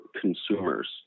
consumers